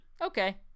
Okay